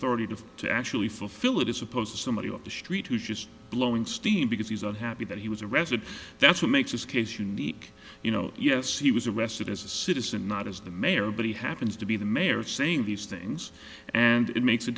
ity to to actually fulfill it is supposed to somebody off the street who just blowing steam because he's not happy that he was arrested that's what makes this case unique you know yes he was arrested as a citizen not as the mayor but he happens to be the mayor saying these things and it makes a